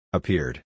Appeared